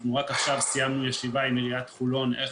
אנחנו רק עכשיו סיימנו ישיבה עם עירית חולון איך